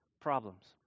problems